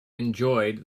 enjoyed